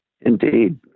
indeed